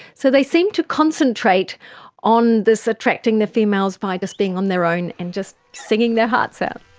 so they seem to concentrate on this attracting the females by just being on their own and just singing their hearts out.